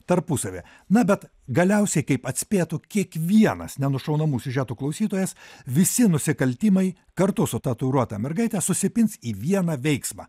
tarpusavyje na bet galiausiai kaip atspėtų kiekvienas nenušaunamų siužetų klausytojas visi nusikaltimai kartu su tatuiruota mergaite susipins į vieną veiksmą